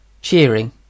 cheering